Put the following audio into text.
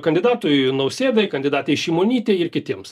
kandidatui nausėdai kandidatei šimonytei ir kitiems